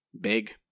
Big